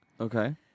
Okay